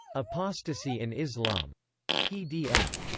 apostasy in islam pdf.